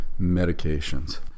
medications